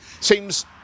seems